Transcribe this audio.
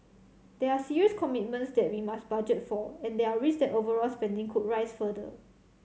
these are serious commitments that we must budget for and there are risk that overall spending could rise further